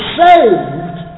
saved